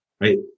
right